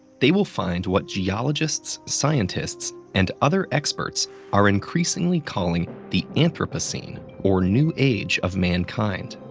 they will find what geologists, scientists, and other experts are increasingly calling the anthropocene, or new age of mankind.